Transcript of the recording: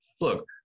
look